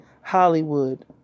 Hollywood